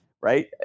right